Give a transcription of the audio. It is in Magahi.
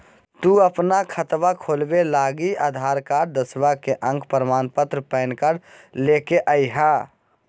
तू अपन खतवा खोलवे लागी आधार कार्ड, दसवां के अक प्रमाण पत्र, पैन कार्ड ले के अइह